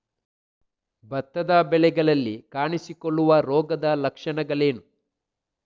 ಭತ್ತದ ಬೆಳೆಗಳಲ್ಲಿ ಕಾಣಿಸಿಕೊಳ್ಳುವ ರೋಗದ ಲಕ್ಷಣಗಳೇನು?